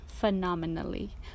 phenomenally